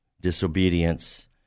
disobedience